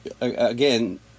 Again